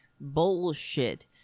bullshit